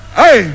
hey